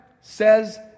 says